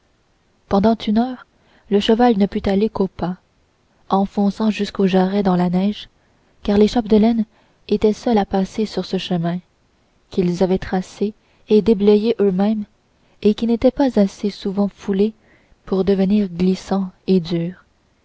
pendant une heure le cheval ne put aller qu'au pas enfonçant jusqu'aux jarrets dans la neige car les chapdelaine étaient seuls à passer sur ce chemin quels avaient tracé et déblayé eux-mêmes et qui n'était pas assez souvent foulé pour devenir glissant et dur